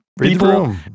people